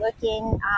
Looking